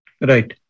Right